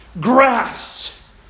grass